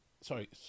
Sorry